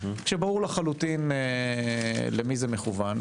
ברור לחלוטין למי זה מכוון.